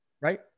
right